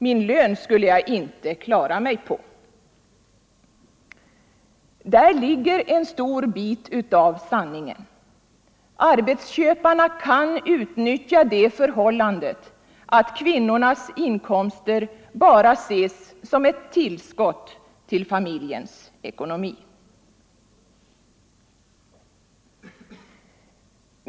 Min lön skulle jag inte klara mig på.” Där ligger en stor bit av sanningen. Arbetsköparna kan utnyttja det förhållandet att kvinnornas inkomster bara ses som ett tillskott till familjens ekonomi.